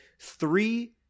three